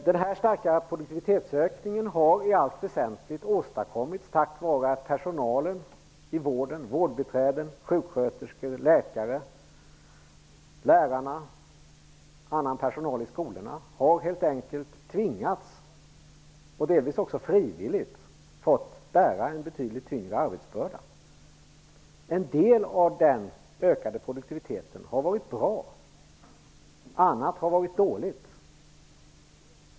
Den starka produktivitetsökningen har i allt väsentligt åstadkommits tack vare att personalen i vården -- vårdbiträden, sjuksköterskor och läkare -- och lärarna och annan personal i skolorna helt enkelt har tvingats -- det har delvis varit frivilligt -- att bära en betydligt tyngre arbetsbörda. En del av den ökade produktiviteten har varit bra. Annat har varit dåligt.